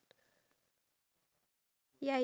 I'm tea type of person